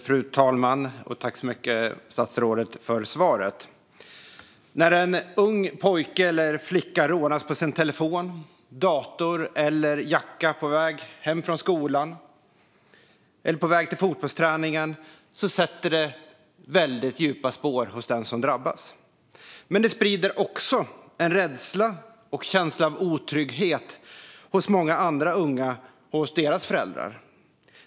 Fru talman! Tack så mycket, statsrådet, för svaret! När en ung pojke eller flicka rånas på sin telefon, dator eller jacka på väg hem från skolan eller på väg till fotbollsträningen sätter det djupa spår hos den som drabbas. Men det sprider också en rädsla och en känsla av otrygghet hos många andra unga och hos deras föräldrar.